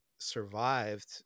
survived